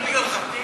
רק בגללך.